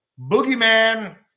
boogeyman